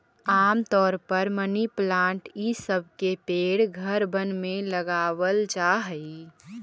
आम तौर पर मनी प्लांट ई सब के पेड़ घरबन में लगाबल जा हई